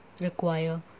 require